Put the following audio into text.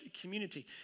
community